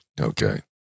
Okay